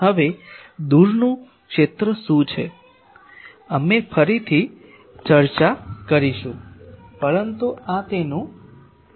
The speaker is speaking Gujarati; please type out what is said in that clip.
હવે દૂરનું ક્ષેત્ર શું છે અમે ફરીથી ચર્ચા કરીશું પરંતુ આ તેમનું નામકરણ છે